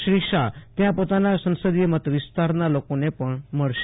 શ્રી શાહ ત્યાં પોતાના સંસદિય મત વિસ્તારના લોકોને પણ મળશે